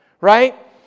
Right